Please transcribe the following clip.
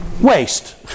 Waste